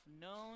known